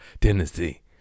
Tennessee